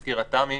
הזכירה תמי,